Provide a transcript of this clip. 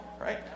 right